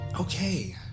okay